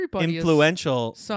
influential